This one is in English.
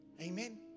Amen